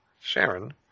Sharon